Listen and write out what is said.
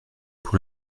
pour